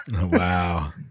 Wow